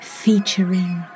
featuring